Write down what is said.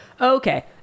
okay